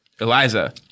Eliza